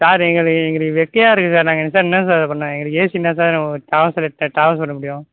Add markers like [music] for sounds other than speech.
sir எங்களுக்கு எங்களுக்கு வெக்கையாக இருக்குது சார் நாங்கள் சார் என்ன சார் பண்ண எங்களுக்கு ஏசி இருந்தால் தான் சார் ட்ராவல்ஸில் [unintelligible] ட்ராவல் பண்ணமுடியும்